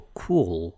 cool